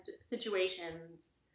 situations